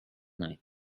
night